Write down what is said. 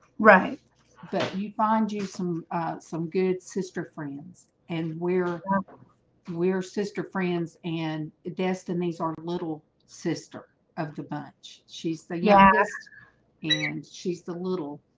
right but you find you some some good sister friends, and we're we're sister friends and destinies ah little sister of the bunch. she's the yes and she's a little